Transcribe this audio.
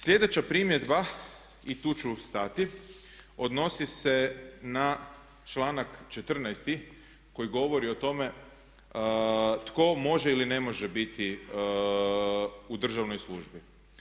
Sljedeća primjedba i tu ću stati odnosi se na članak 14. koji govori o tome tko može ili ne može biti u državnoj službi.